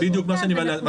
כן, בדיוק מה שאני מסביר.